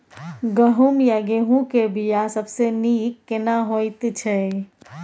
गहूम या गेहूं के बिया सबसे नीक केना होयत छै?